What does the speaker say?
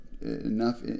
enough